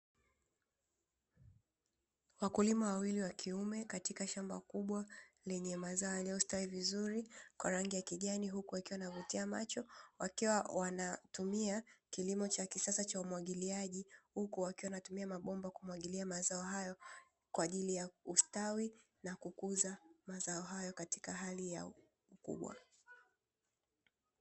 Wakulima wawili wa kiume katika shamba kubwa, lenye mazao yaliyo stawi vizuri kwa rangi ya kijani, huku yakiwa yanavutia macho, wakiwa wanatumia kilimo cha kisasa cha umwagiliaji, huku wakiwa wanatumia mabomba kumwagilia mazao hayo, kwa ajili ya ustawi na kukuza mazao hayo katika hali ya ukubwa.